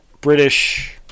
British